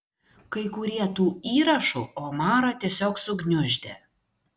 kai kurie tų įrašų omarą tiesiog sugniuždė